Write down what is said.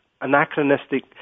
anachronistic